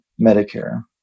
Medicare